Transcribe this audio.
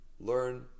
learn